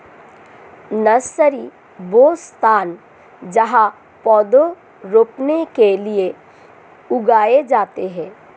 nursery, वह स्थान जहाँ पौधे रोपने के लिए उगाए जाते हैं